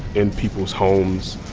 in people's homes.